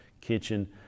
kitchen